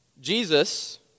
Jesus